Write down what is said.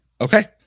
okay